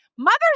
Mother's